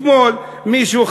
אתמול מישהו,